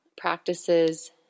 practices